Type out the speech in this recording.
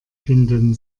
finden